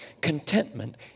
Contentment